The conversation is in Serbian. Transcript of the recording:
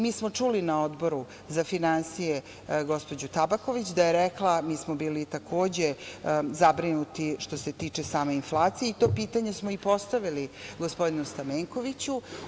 Mi smo čuli na Odboru za finansije gospođu Tabaković da je rekla, mi smo bili zabrinuti što se tiče same inflacije i to pitanje smo i postavili gospodinu Stamenkoviću.